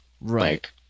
right